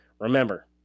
Remember